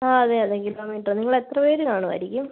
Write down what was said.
ആ അതെ അതെ ഗീത മെട്രോ നിങ്ങളെത്ര പേര് കാണുവായിരക്കും